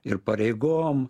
ir pareigom